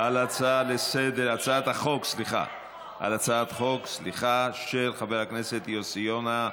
על הצעת החוק של חבר הכנסת יוסי יונה.